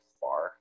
far